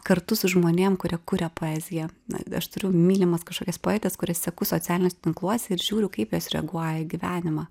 kartu su žmonėm kurie kuria poeziją na aš turiu mylimas kažkokias poetes kurias seku socialiniuose tinkluose ir žiūriu kaip jos reaguoja į gyvenimą